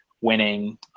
winning